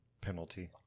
penalty